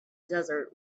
desert